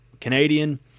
Canadian